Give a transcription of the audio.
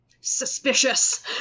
Suspicious